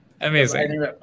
Amazing